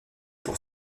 pour